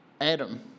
Adam